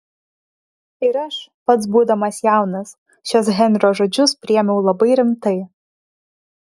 ir aš pats būdamas jaunas šiuos henrio žodžius priėmiau labai rimtai